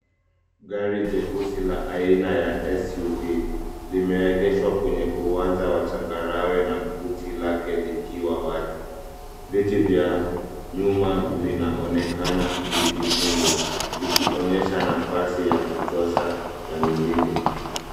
Gari jeusi la aina ya[ SUV] limeegeshwa kwenye uwanja wa changarawe na booty lake likiwa wazi, viti vya nyuma vinaonekana vikikunjwa vikionyesha nafasi ya kutosha ya mizigo.